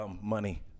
money